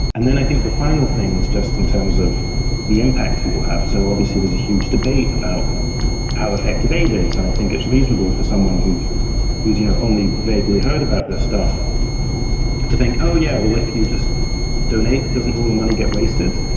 and then i think the final thing is just in terms of the impact people have. so obviously, there's a huge debate about how effective aid is. and i think it's reasonable for someone who's who's you know only vaguely heard about this stuff to think, oh yeah, well, if you just donate, doesn't all the money get wasted?